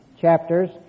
chapters